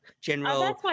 general